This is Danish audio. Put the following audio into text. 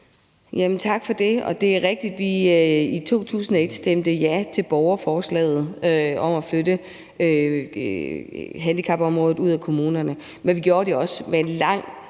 at vi i 2021 stemte ja til borgerforslaget om at flytte handicapområdet ud af kommunerne.